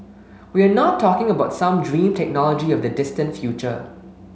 we are not talking about some dream technology of the distant future